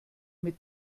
mit